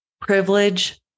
privilege